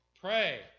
Pray